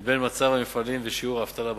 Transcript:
לבין מצב המפעלים ושיעור האבטלה במדינה.